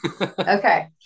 Okay